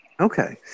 Okay